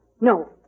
No